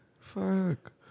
Fuck